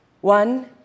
one